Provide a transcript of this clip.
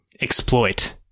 exploit